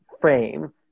frame